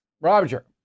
Roger